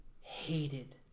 hated